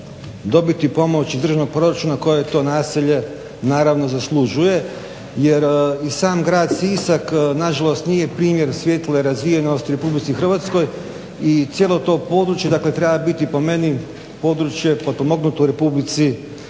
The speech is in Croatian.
dobiti pomoć iz državnog proračuna koje to naselje naravno zaslužuje. Jer i sam grad Sisak nažalost nije primjer svijetle razvijenosti u Republici Hrvatskoj. I cijelo to područje, dakle, treba biti po meni područje potpomognuto u Republici Hrvatskoj.